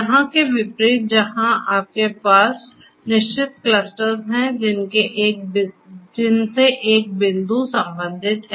यहाँ के विपरीत जहाँ आपके पास निश्चित क्लस्टर्स हैं जिनसे एक बिंदु संबंधित है